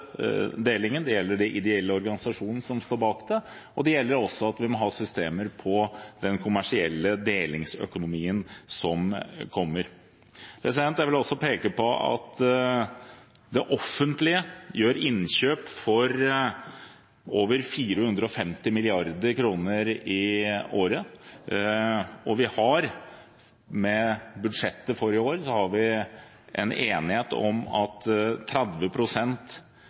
delingen og det gjelder den som ideelle organisasjoner står bak, og vi må ha systemer for den kommersielle delingsøkonomien som kommer. Jeg vil også peke på at det offentlige gjør innkjøp for over 450 mrd. kr i året, og vi har med budsjettet for i år blitt enige om at